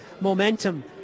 momentum